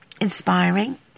inspiring